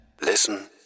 Listen